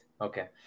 Okay